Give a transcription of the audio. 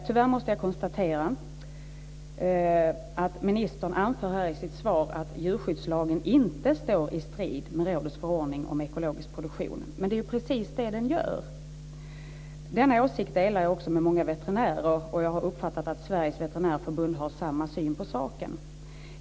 Tyvärr måste jag konstatera att ministern här i sitt svar anför att djurskyddslagen inte står i strid med rådets förordning om ekologisk produktion, men det är precis det den gör. Denna åsikt delar jag också med många veterinärer. Jag har uppfattat att Sveriges Veterinärförbund har samma syn på saken.